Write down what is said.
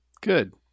good